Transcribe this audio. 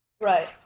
Right